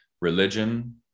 religion